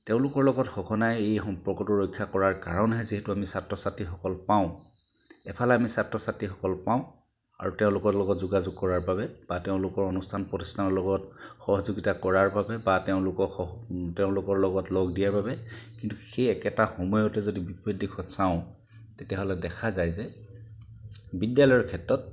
তেওঁলোকৰ লগত সঘনাই এই সম্পৰ্কটো ৰক্ষা কৰাৰ কাৰণেহে যিহেতু আমি ছাত্ৰ ছাত্ৰীসকল পাওঁ এফালে আমি ছাত্ৰ ছাত্ৰীসকল পাওঁ আৰু তেওঁলোকৰ লগত যোগাযোগ কৰাৰ বাবে বা তেওঁলোকৰ অনুষ্ঠান প্ৰতিষ্ঠানৰ লগত সহযোগিতা কৰাৰ বাবে বা তেওঁলোকক সহ তেওঁলোকৰ লগত লগ দিয়াৰ বাবে কিন্তু সেই একেটা সময়তে যদি বিপৰীত দিশত চাওঁ তেতিয়াহ'লে দেখা যায় যে বিদ্যালয়ৰ ক্ষেত্ৰত